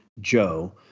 Joe